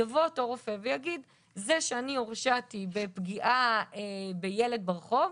יבוא אותו רופא ויגיד 'זה שאני הורשעתי בפגיעה בילד ברחוב,